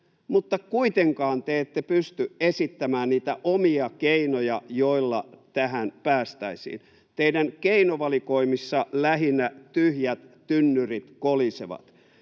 mutta kuitenkaan te ette pysty esittämään niitä omia keinoja, joilla tähän päästäisiin. Teidän keinovalikoimissanne lähinnä tyhjät tynnyrit kolisevat.